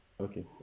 Okay